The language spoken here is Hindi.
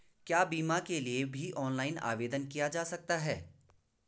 क्या बीमा के लिए भी ऑनलाइन आवेदन किया जा सकता है?